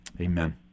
amen